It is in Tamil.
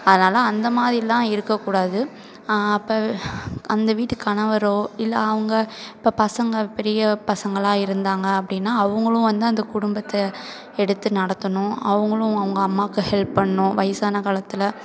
அதனால் அந்த மாதிரிலாம் இருக்கக்கூடாது அப்போ அந்த வீட்டு கணவரோ இல்லை அவங்க இப்போ பசங்கள் பெரிய பசங்களாக இருந்தாங்க அப்படின்னா அவங்களும் வந்து அந்த குடும்பத்தை எடுத்து நடத்தணும் அவங்களும் அவங்க அம்மாவுக்கு ஹெல்ப் பண்ணும் வயசான காலத்தில்